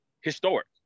historic